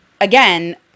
again